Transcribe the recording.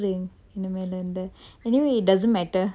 anyway it doesn't matter